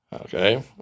Okay